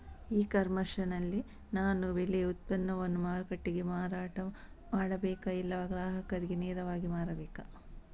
E commerce ನಲ್ಲಿ ನಾನು ಬೆಳೆ ಉತ್ಪನ್ನವನ್ನು ಮಾರುಕಟ್ಟೆಗೆ ಮಾರಾಟ ಮಾಡಬೇಕಾ ಇಲ್ಲವಾ ಗ್ರಾಹಕರಿಗೆ ನೇರವಾಗಿ ಮಾರಬೇಕಾ?